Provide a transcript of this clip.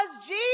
Jesus